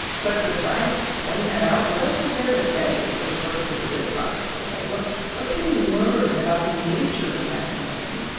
but besides pointing that out, what else is there to say, for the purposes of this project, anyway? what what can we learn about the nature of masculinity,